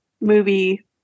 movie